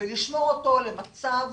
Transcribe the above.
ולשמור אותו למצב